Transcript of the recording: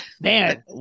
Man